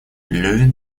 левин